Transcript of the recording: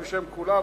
בשם כולם.